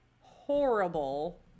horrible